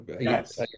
yes